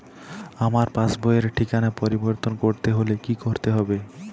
আমার পাসবই র ঠিকানা পরিবর্তন করতে হলে কী করতে হবে?